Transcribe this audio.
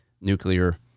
nuclear